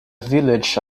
village